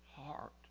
heart